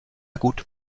gut